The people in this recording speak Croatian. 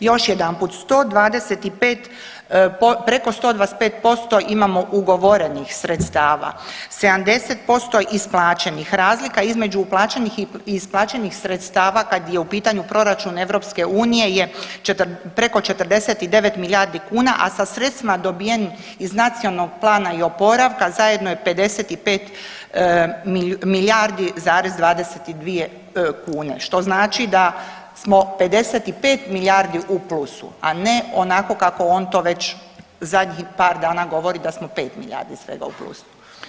Još jedanput, 125, preko 125% imamo ugovorenih sredstava, 70% isplaćenih, razlika između uplaćenih i isplaćenih sredstava kad je u pitanju proračun EU je preko 49 milijardi kuna, a sa sredstvima dobijenim iz Nacionalnog plana i oporavka, zajedno je 55 milijardi zarez 22 kune, što znači da smo 55 milijardi u plusu, a ne onako kako on to već zadnjih par godina govori da smo 5 milijardi svega u plusu.